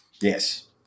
Yes